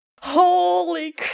Holy